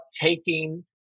taking